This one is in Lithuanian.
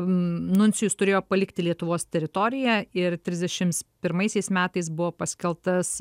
nuncijus turėjo palikti lietuvos teritoriją ir trisdešimt pirmaisiais metais buvo paskelbtas